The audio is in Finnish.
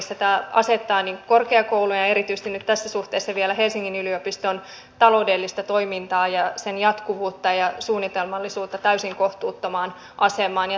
tämä asettaa korkeakoulujen ja erityisesti nyt tässä suhteessa vielä helsingin yliopiston taloudellista toimintaa ja sen jatkuvuutta ja suunnitelmallisuutta täysin kohtuuttomaan asemaan